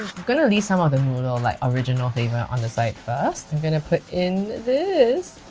gonna leave some of the noodle, like original favour on the side first. i'm gonna put in this.